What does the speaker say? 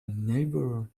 neighbour